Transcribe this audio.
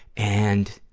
and,